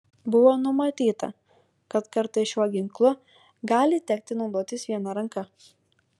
buvo numatyta kad kartais šiuo ginklu gali tekti naudotis viena ranka